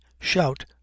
shout